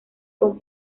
con